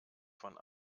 von